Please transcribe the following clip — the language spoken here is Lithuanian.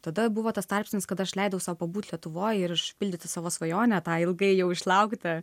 tada buvo tas tarpsnis kad aš leidau sau pabūti lietuvoj ir užpildyti savo svajonę tą ilgai jau išlaukitą